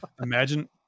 Imagine